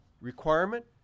requirement